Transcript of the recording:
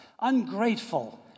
ungrateful